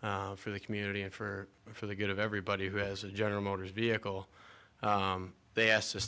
for the community and for for the good of everybody who as a general motors vehicle they asked